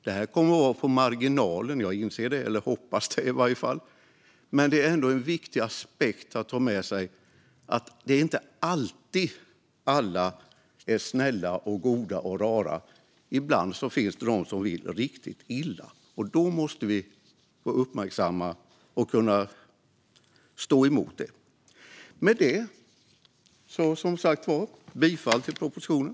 Det här kommer att vara på marginalen - jag inser det, eller jag hoppas det i alla fall. Men det är ändå en viktig aspekt att ha med sig att det inte är alltid som alla är snälla, goda och rara. Ibland finns det de som vill riktigt illa, och då måste vi vara uppmärksamma och kunna stå emot. Med detta yrkar jag som sagt bifall till propositionen.